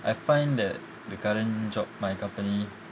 I find that the current job my company